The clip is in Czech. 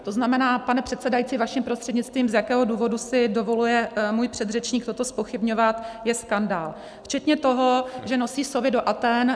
To znamená, pane předsedající, vaším prostřednictvím, z jakého důvodu si dovoluje můj předřečník toto zpochybňovat, je skandál, včetně toho, že nosí sovy do Athén.